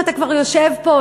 אתה כבר יושב פה,